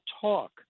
talk